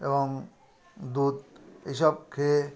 এবং দুধ এই সব খেয়ে